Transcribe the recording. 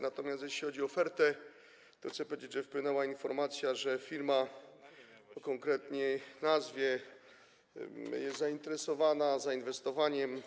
Natomiast jeśli chodzi o ofertę, to chcę powiedzieć, że wpłynęła informacja, że firma o konkretnej nazwie jest zainteresowana zainwestowaniem.